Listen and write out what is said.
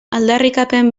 aldarrikapen